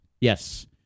Yes